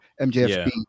MJF